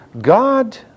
God